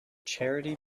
charity